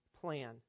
plan